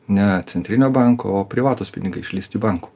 ne centrinio banko o privatūs pinigai išleisti bankų